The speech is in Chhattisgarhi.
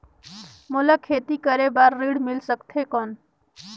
मोला खेती करे बार ऋण मिल सकथे कौन?